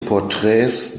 porträts